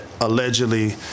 allegedly